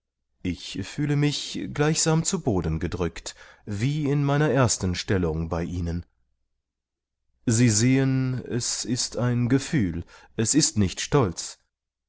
ich fühle mich gleichsam zu boden gedrückt wie in meiner ersten stellung bei ihnen sie sehen es ist ein gefühl es ist nicht stolz